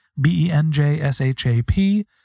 B-E-N-J-S-H-A-P